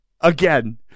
Again